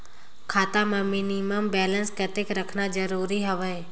खाता मां minimum balance कतेक रखना जरूरी हवय?